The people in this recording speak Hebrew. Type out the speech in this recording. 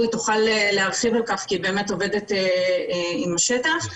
היא תוכל להרחיב על כך כי היא עובדת עם השטח.